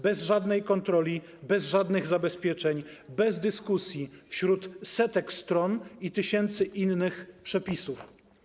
Bez żadnej kontroli, bez żadnych zabezpieczeń, bez dyskusji wśród setek stron i tysięcy innych przepisów.